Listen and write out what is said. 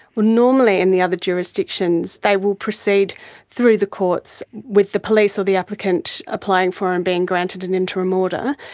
well, normally in the other jurisdictions they will proceed through the courts with the police or the applicant applying for and been granted an interim order,